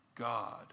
God